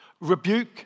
rebuke